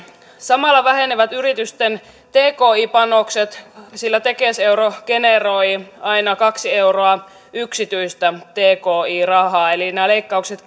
samalla vähenevät yritysten tki panokset sillä tekes euro generoi aina kaksi euroa yksityistä tki rahaa eli nämä leikkaukset